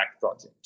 projects